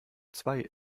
zwei